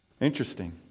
Interesting